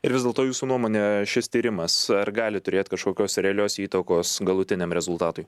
ir vis dėlto jūsų nuomone šis tyrimas ar gali turėt kažkokios realios įtakos galutiniam rezultatui